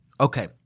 Okay